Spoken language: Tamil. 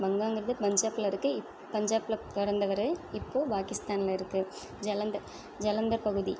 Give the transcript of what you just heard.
பங்காங்கிறது பஞ்சாப்ல இருக்க இப் பஞ்சாப்ல பிறந்தவரு இப்போது பாகிஸ்தான்ல இருக்குது ஜலந்த ஜலந்தர் பகுதி